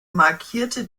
markierte